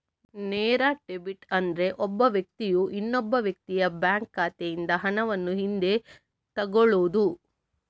ನೇರ ಡೆಬಿಟ್ ಅಂದ್ರೆ ಒಬ್ಬ ವ್ಯಕ್ತಿಯು ಇನ್ನೊಬ್ಬ ವ್ಯಕ್ತಿಯ ಬ್ಯಾಂಕ್ ಖಾತೆಯಿಂದ ಹಣವನ್ನು ಹಿಂದೆ ತಗೊಳ್ಳುದು